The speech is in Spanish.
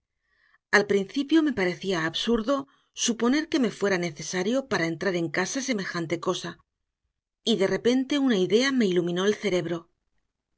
al principio me parecía absurdo suponer que me fuera necesario para entrar en casa semejante cosa y de repente una idea me iluminó el cerebro